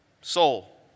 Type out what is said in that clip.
Soul